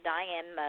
Diane